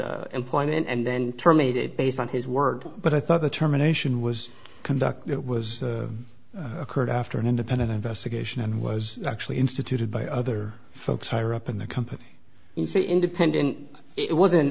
his employment and then terminated based on his word but i thought the terminations was conduct that was occurred after an independent investigation and was actually instituted by other folks higher up in the company you say independent it wasn't